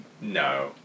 No